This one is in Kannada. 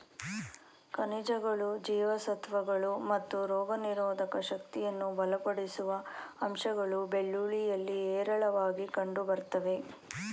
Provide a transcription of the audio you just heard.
ಖನಿಜಗಳು ಜೀವಸತ್ವಗಳು ಮತ್ತು ರೋಗನಿರೋಧಕ ಶಕ್ತಿಯನ್ನು ಬಲಪಡಿಸುವ ಅಂಶಗಳು ಬೆಳ್ಳುಳ್ಳಿಯಲ್ಲಿ ಹೇರಳವಾಗಿ ಕಂಡುಬರ್ತವೆ